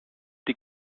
die